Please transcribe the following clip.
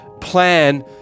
plan